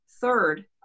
third